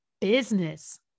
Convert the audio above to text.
business